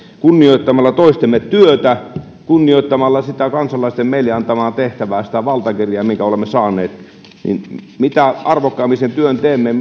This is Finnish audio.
kunnioittamalla toistemme työtä kunnioittamalla sitä kansalaisten meille antamaa tehtävää sitä valtakirjaa minkä olemme saaneet mitä arvokkaammin sen työn teemme